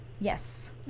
Yes